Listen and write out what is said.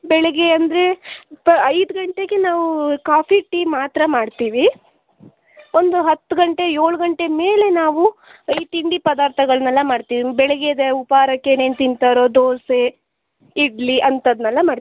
ಬೆಳಿಗ್ಗೆ ಅಂದರೆ ಪ ಐದು ಗಂಟೆಗೆ ನಾವು ಕಾಫಿ ಟೀ ಮಾತ್ರ ಮಾಡ್ತೀವಿ ಒಂದು ಹತ್ತು ಗಂಟೆ ಏಳು ಗಂಟೆ ಮೇಲೆ ನಾವು ಈ ತಿಂಡಿ ಪದಾರ್ಥಗಳನ್ನೆಲ್ಲ ಮಾಡ್ತೀವಿ ಬೆಳಿಗ್ಗೆ ಎದ್ದು ಉಪಹಾರಕ್ಕೆ ಏನೇನು ತಿಂತಾರೋ ದೋಸೆ ಇಡ್ಲಿ ಅಂಥದನ್ನೆಲ್ಲ ಮಾಡ್ತಿ